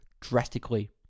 drastically